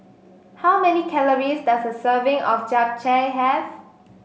how many calories does a serving of Japchae have